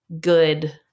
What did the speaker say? good